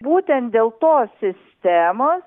būtent dėl tos sistemos